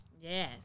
Yes